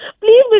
Please